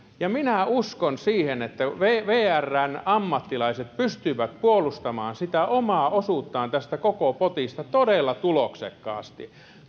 ja minä uskon siihen että vrn ammattilaiset pystyvät puolustamaan sitä omaa osuuttaan tästä koko potista todella tuloksekkaasti